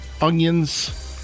onions